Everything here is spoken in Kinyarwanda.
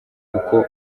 uko